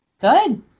Good